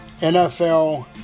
NFL